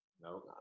No